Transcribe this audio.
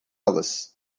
las